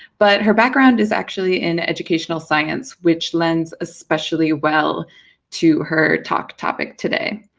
but her background is actually in educational science, which lends especially well to her talk topic today.